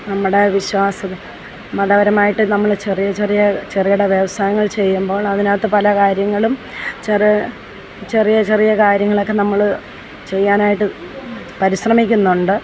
നമ്മുട വിശ്വാസം മതപരമായിട്ട് നമ്മൾ ചെറിയ ചെറിയ ചെറുകിട വ്യവസായങ്ങൾ ചെയ്യുമ്പോൾ അതിനകത്ത് പല കാര്യങ്ങളും ചെല ചെറിയ ചെറിയ കാര്യങ്ങളൊക്കെ നമ്മൾ ചെയ്യാനായിട്ട് പരിശ്രമിക്കുന്നുണ്ട്